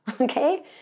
okay